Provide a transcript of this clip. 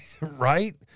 Right